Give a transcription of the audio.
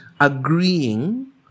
agreeing